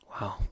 Wow